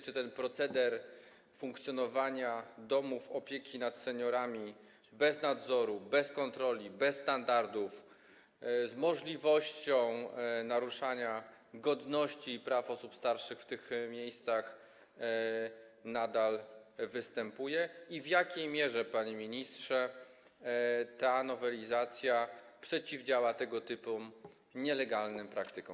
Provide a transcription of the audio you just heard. Czy ten proceder funkcjonowania domów opieki nad seniorami bez nadzoru, bez kontroli, bez standardów, z możliwością naruszania godności i praw osób starszych w tych miejscach nadal występuje i w jakiem mierze, panie ministrze, ta nowelizacja przeciwdziała tego typu nielegalnym praktykom?